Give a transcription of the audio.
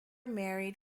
married